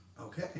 Okay